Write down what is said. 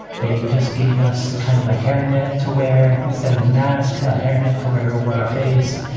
they just gave us kind of a hairnet to wear instead of a mask, hairnet to wear over our face.